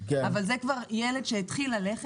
אבל זה כבר ילד שהולך לבד.